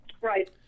Right